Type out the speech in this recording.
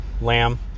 Lamb